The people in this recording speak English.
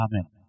Amen